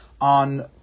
on